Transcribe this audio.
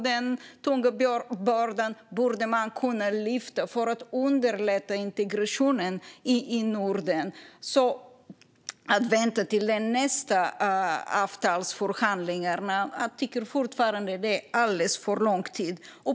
Den borde man kunna lyfta för att underlätta för integrationen i Norden. Jag tycker fortfarande att det är alldeles för lång tid att vänta till nästa avtalsförhandling.